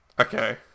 Okay